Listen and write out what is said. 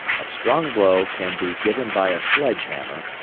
a strong blow can be given by a sledge hammer,